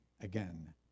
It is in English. again